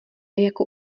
jako